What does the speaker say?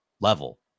level